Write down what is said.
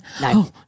No